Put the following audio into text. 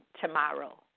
tomorrow